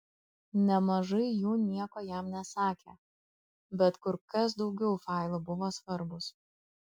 nemažai jų nieko jam nesakė bet kur kas daugiau failų buvo svarbūs